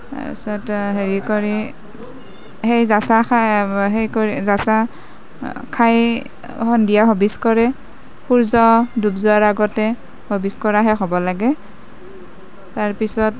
তাৰপিছত হেৰি কৰি সেই জাচা খায় হেৰি কৰি জাচা খাই সন্ধিয়া ভবিছ কৰে সূৰ্য্য ডুব যোৱাৰ আগতে ভবিছ কৰা শেষ হ'ব লাগে তাৰপিছত